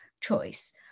choice